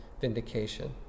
vindication